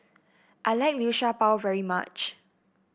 I like Liu Sha Bao very much